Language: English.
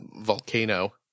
volcano